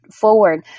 forward